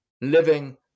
living